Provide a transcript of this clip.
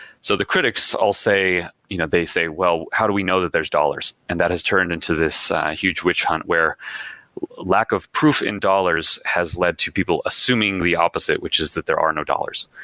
so the critics all say you know they say, well, how do we know that there's dollars? and that has turned into this huge witch hunt where lack of proof in dollars has led to people assuming the opposite, which is that there are no dollars.